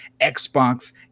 Xbox